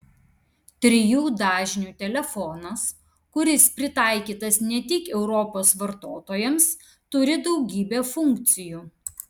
trijų dažnių telefonas kuris pritaikytas ne tik europos vartotojams turi daugybę funkcijų